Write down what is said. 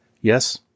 yes